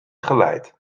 geleid